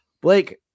Blake